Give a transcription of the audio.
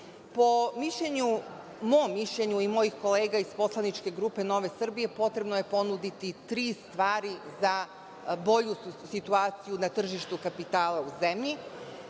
i po mišljenju mojih kolega iz poslaničke grupe NS, potrebno je ponuditi tri stvari za bolju situaciju na tržištu kapitala u zemlji.